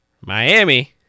Miami